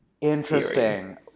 Interesting